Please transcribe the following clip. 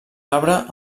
arbre